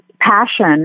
passion